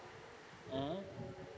mm